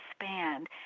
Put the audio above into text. expand